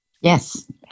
Yes